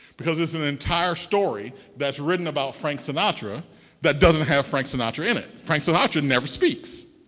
because it's an entire story that's written about frank sinatra that doesn't have frank sinatra in it. frank sinatra never speaks.